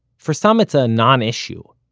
for some it's a non-issue,